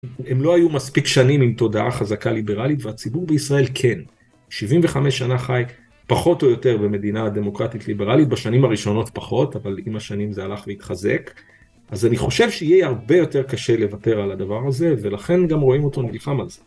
הם לא היו מספיק שנים עם תודעה חזקה ליברלית, והציבור בישראל כן, 75 שנה חי, פחות או יותר במדינה הדמוקרטית ליברלית, בשנים הראשונות פחות, אבל עם השנים זה הלך להתחזק. אז אני חושב שיהיה הרבה יותר קשה לוותר על הדבר הזה, ולכן גם רואים אותו נלחם על זה.